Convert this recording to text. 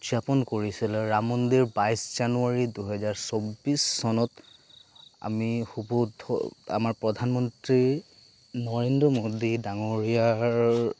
উদযাপন কৰিছিলে ৰাম মন্দিৰ বাইছ জানুৱাৰী দুহেজাৰ চৌব্বিছ চনত আমি শুবদ্ধ আমাৰ প্ৰধানমন্ত্ৰী নৰেন্দ্ৰ মোডী ডাঙৰীয়াৰ